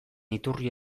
iturri